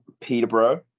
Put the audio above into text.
Peterborough